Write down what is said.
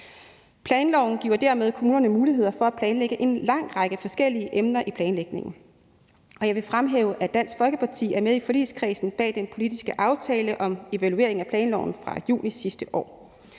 Planloven giver dermed kommunerne muligheder for at planlægge en lang række forskellige emner i planlægningen. Jeg vil fremhæve, at Dansk Folkeparti er med i forligskredsen bag den politiske aftale om evaluering af planloven fra juni sidste år.